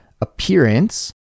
appearance